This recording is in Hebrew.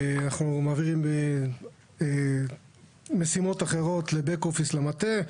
אנחנו מעבירים משימות אחרות לבק אופיס, למטה,